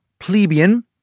Plebeian